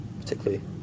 particularly